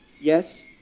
Yes